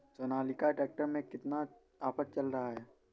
Sonalika tractor में कितना offer चल रहा है?